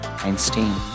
Einstein